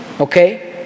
okay